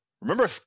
remember